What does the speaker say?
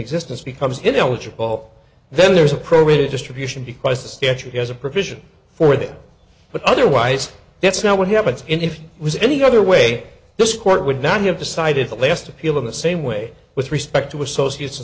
existence becomes ineligible all then there's a probate distribution because the statute has a provision for that but otherwise that's not what happens in if it was any other way this court would not have decided to lay asked appeal in the same way with respect to associates